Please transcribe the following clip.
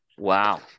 Wow